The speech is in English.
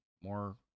more